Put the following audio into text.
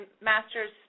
master's